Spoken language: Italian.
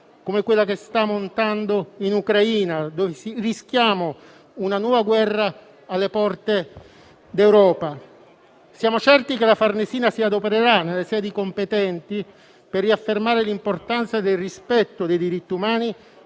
come quella che sta montando in Ucraina, dove rischiamo una nuova guerra alle porte d'Europa. Siamo certi che la Farnesina si adopererà nelle sedi competenti per riaffermare l'importanza del rispetto dei diritti umani